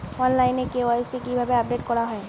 অনলাইনে কে.ওয়াই.সি কিভাবে আপডেট করা হয়?